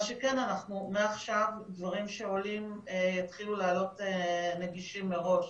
מה שכן מעכשיו דברים שעולים יתחילו לעלות נגישים מראש,